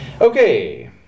Okay